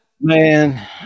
Man